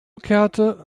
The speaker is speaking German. kehrte